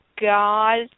God